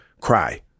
cry